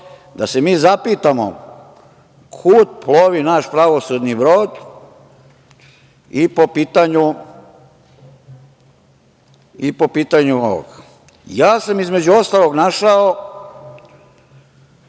da se mi zapitamo, kud plovi naš pravosudni brod i po pitanju ovoga. Ja sam, između ostalog našao,